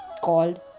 called